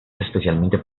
especialmente